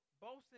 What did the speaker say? Boasting